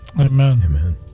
Amen